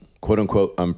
quote-unquote